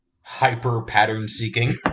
hyper-pattern-seeking